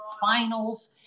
finals